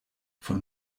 von